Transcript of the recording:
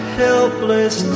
helpless